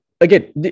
Again